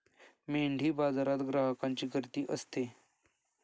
मेंढीबाजारात ग्राहकांची गर्दी असते